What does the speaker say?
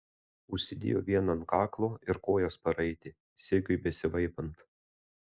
užsidėjo vieną ant kaklo ir kojas paraitė sigiui besivaipant